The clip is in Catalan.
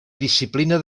disciplina